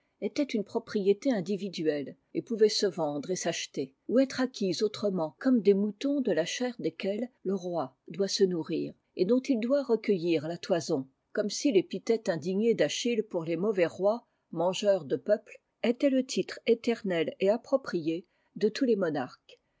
étaient une propriété individuelle et pouvaient se vendre et s'acheter ou être acquises autrement comme des moutons de la chair desquels le roi doit se nourrir et dont il doit recueillir la toison comme si l'épithète indignée d'achille pour les mauvais rois mangeurs de peuple était le titre éternel et approprié de tous les monarques